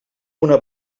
una